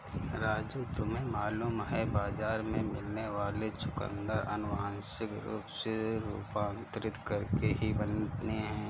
राजू तुम्हें मालूम है बाजार में मिलने वाले चुकंदर अनुवांशिक रूप से रूपांतरित करके ही बने हैं